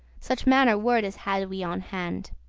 such manner wordes hadde we on hand.